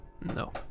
No